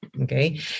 Okay